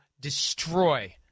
destroy